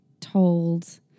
told